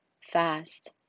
fast